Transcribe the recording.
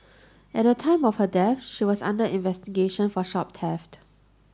at the time of her death she was under investigation for shop theft